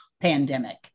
pandemic